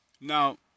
Now